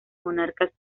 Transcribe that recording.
monarcas